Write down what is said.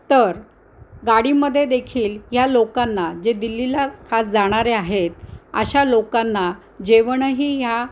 तर गाडीमध्ये देेखील ह्या लोकांना जे दिल्लीला खास जाणारे आहेत अशा लोकांना जेवणही ह्या